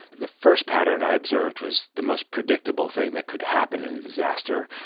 the first pattern i observed was the most predictable thing that could happen in a disaster,